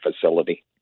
facility